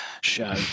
show